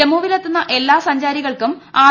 ജമ്മുവിലെ ത്തുന്ന എല്ലാ സഞ്ചാരിക്ടർ ക്കും ആർ